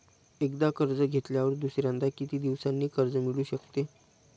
एकदा कर्ज घेतल्यावर दुसऱ्यांदा किती दिवसांनी कर्ज मिळू शकते?